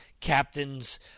Captains